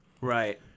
right